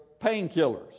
painkillers